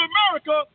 America